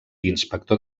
inspector